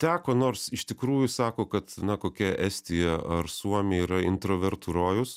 teko nors iš tikrųjų sako kad na kokia estija ar suomija yra intravertų rojus